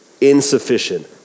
insufficient